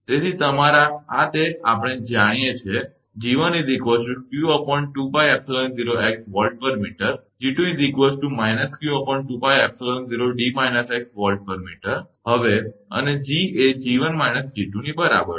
તેથી તમારા આ તે આપણે જાણીએ છીએ હવે અને G એ 𝐺1 − 𝐺2 ની બરાબર છે